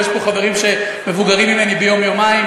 ויש פה חברים שמבוגרים ממני ביום-יומיים,